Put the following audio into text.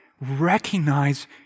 Recognize